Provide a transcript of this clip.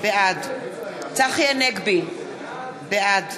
בעד צחי הנגבי, בעד